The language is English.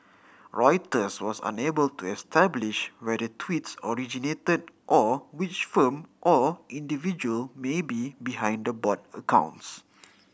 reuters was unable to establish where the tweets originated or which firm or individual may be behind the bot accounts